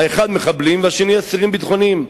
האחד מחבלים והשני אסירים ביטחוניים.